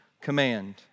command